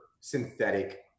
synthetic